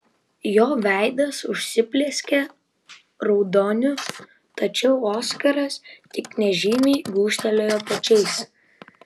jo veidas užsiplieskė raudoniu tačiau oskaras tik nežymiai gūžtelėjo pečiais